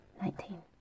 Nineteen